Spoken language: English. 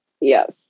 yes